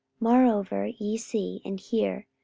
moreover ye see and hear,